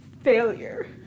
failure